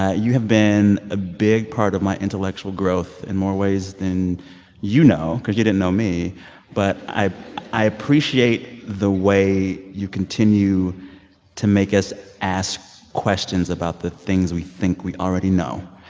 ah you have been a big part of my intellectual growth in more ways than you know because you didn't know me but i i appreciate the way you continue to make us ask questions about the things we think we already know.